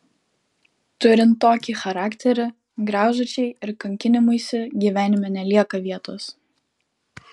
turint tokį charakterį graužačiai ir kankinimuisi gyvenime nelieka vietos